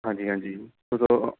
ਹਾਂਜੀ ਹਾਂਜੀ ਉਦੋਂ